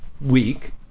week